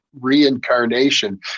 reincarnation